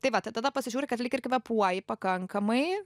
tai va tai tada pasižiūri kad lyg ir kvėpuoji pakankamai